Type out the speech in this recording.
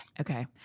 Okay